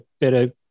better